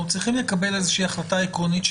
אבל אנחנו צריכים לקבל איזושהי החלטה עקרונית,